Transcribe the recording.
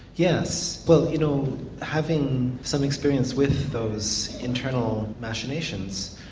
yes, well you know having some experience with those internal machinations,